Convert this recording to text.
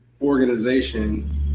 organization